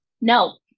No